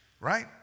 right